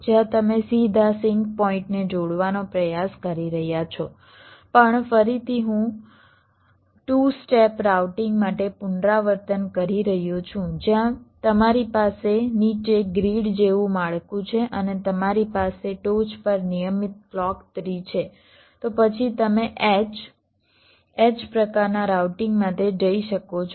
જ્યાં તમે સીધા સીંક પોઈન્ટને જોડવાનો પ્રયાસ કરી રહ્યા છો પણ ફરીથી હું 2 સ્ટેપ રાઉટીંગ માટે પુનરાવર્તન કરી રહ્યો છું જ્યાં તમારી પાસે નીચે ગ્રીડ જેવું માળખું છે અને તમારી પાસે ટોચ પર નિયમિત ક્લૉક ટ્રી છે તો પછી તમે H H પ્રકારનાં રાઉટીંગ માટે જઈ શકો છો